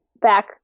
back